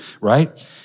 right